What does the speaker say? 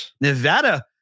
Nevada